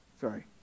Sorry